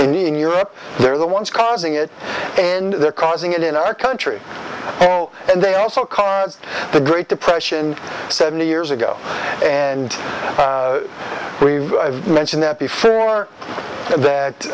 need in europe they're the ones causing it and they're causing it in our country and they also cars the great depression seventy years ago and we've mentioned that before